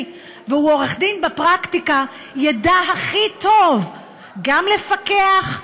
והוא עורך דין בפרקטיקה ידע הכי טוב גם לפקח,